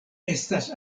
estas